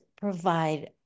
provide